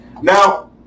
Now